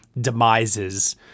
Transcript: demises